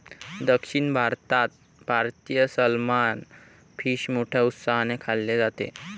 दक्षिण भारतात भारतीय सलमान फिश मोठ्या उत्साहाने खाल्ले जाते